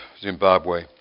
Zimbabwe